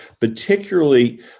particularly